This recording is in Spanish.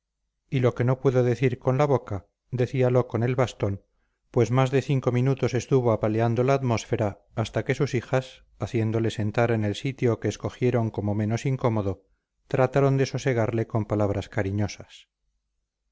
y lo que no pudo decir con la boca decíalo con el bastón pues más de cinco minutos estuvo apaleando la atmósfera hasta que sus hijas haciéndole sentar en el sitio que escogieron como menos incómodo trataron de sosegarle con palabras cariñosas